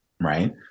right